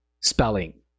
Spelling